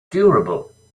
durable